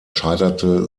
scheiterte